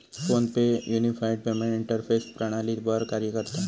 phone पे unified payment interface प्रणालीवर कार्य करता